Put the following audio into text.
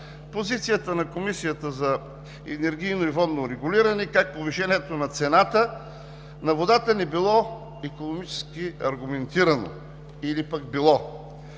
позицията на Комисията за енергийно и водно регулиране как повишението на цената на водата не било икономически аргументирано, или пък било.